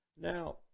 Now